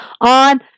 on